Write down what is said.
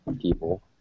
people